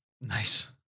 Nice